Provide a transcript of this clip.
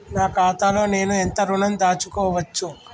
నా ఖాతాలో నేను ఎంత ఋణం దాచుకోవచ్చు?